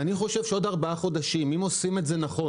אם נעשה את זה נכון,